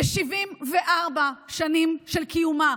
ב-74 שנים של קיומה,